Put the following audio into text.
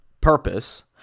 Purpose